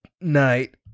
night